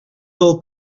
del